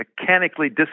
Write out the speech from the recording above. mechanically